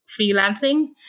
freelancing